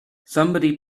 somebody